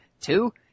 two